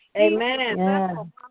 Amen